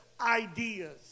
ideas